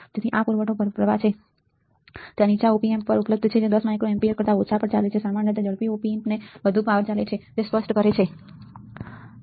તેથી આ તમારો પુરવઠો પ્રવાહ છે ત્યાં નીચા ઓપ એમ્પ ઉપલબ્ધ છે જે 10 માઇક્રો એમ્પીયર કરતા ઓછા પર ચાલે છે સામાન્ય રીતે ઝડપી op amp વધુ પાવર પર ચાલે છે તે સ્પષ્ટ છે કે તે સ્પષ્ટ છે